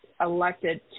elected